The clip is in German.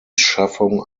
schaffung